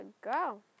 go